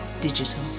Digital